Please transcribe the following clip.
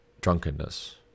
drunkenness